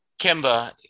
Kimba